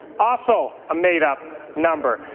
also a made-up number.